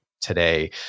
today